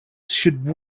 should